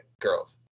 girls